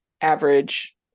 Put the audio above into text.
average